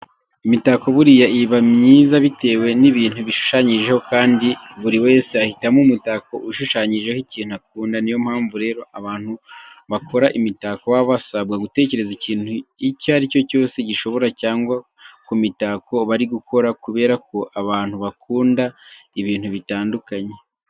Imitako buriya iba myiza bitewe n'ibintu bishushanyijeho kandi buri wese ahitamo umutako ushushanyijeho ikintu akunda. Niyo mpamvu rero abantu bakora imitako baba basabwa gutekereza ikintu icyo ari cyo cyose gishoboka cyajya ku mitako bari gukora kubera ko abantu bakunda ibintu bitandukanye.